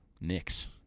Knicks